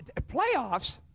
Playoffs